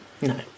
No